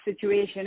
situation